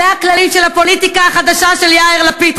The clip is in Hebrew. זה הכללים של הפוליטיקה החדשה של יאיר לפיד,